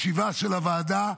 ישיבה של הוועדה,